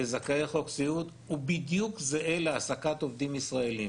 לזכאי חוק סיעוד הוא בדיוק זהה להעסקת עובדים ישראלים.